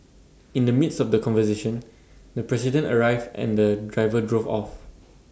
in the midst of the conversation the president arrived and the driver drove off